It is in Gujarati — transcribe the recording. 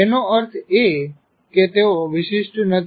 એનો અર્થએ કે તેઓ વિશિષ્ટ નથી